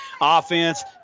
offense